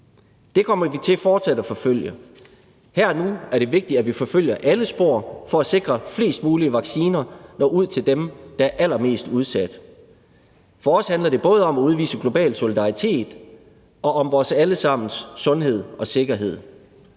Det kommer vi til fortsat at forfølge. Her og nu er det vigtigt, at vi forfølger alle spor for at sikre, at flest mulige vacciner når ud til dem, der er allermest udsatte. For os handler det både om at udvise global solidaritet og om vores alle sammens sundhed og sikkerhed.